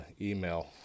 email